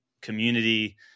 community